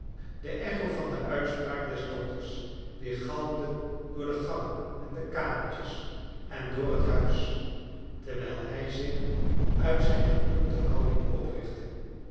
de echo van de uitspraak des dokters weergalmde door de gangen en de kamertjes en door net huis terwijl hij zich uit zijn gebukte liouding oprichtte